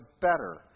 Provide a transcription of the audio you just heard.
better